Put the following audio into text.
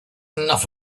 enough